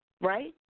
right